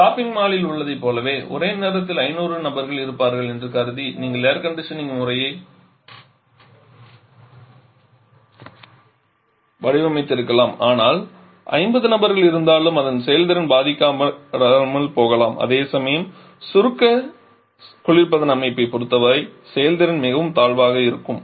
shopping மாலில் உள்ளதைப் போலவே ஒரே நேரத்தில் 500 நபர்கள் இருப்பார்கள் என்று கருதி நீங்கள் ஏர் கண்டிஷனிங் முறையை வடிவமைத்திருக்கலாம் ஆனால் 50 நபர்கள் இருந்தாலும் அதன் செயல்திறன் பாதிக்கப்படாமல் போகலாம் அதேசமயம் சுருக்க குளிர்பதன அமைப்பைப் பொறுத்தவரை செயல்திறன் மிகவும் தாழ்வாக இருக்கும்